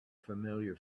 familiar